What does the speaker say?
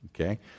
Okay